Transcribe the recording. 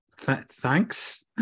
Thanks